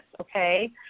okay